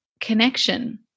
connection